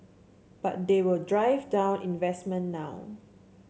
but they will drive down investment now